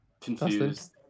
Confused